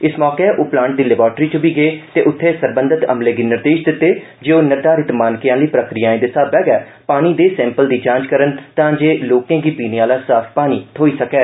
इस मौके ओह प्लांट दी लैबारेटरी च बी गे ते उत्थें सरबंधत अमले गी निर्देष दित्ते जे ओह निर्धारित मानकें आह्ली प्रक्रियाएं दे स्हाबै गै पानी दे सैंपलें दी जांच करन तांजे लोकें गी पीने आह्ला साफ पानी थ्होई सकै